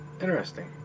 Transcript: Interesting